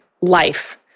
life